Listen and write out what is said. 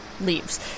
leaves